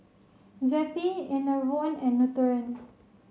Zappy Enervon and Nutren